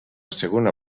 segona